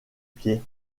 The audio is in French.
pieds